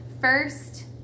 first